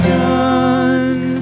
done